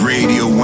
Radio